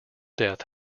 death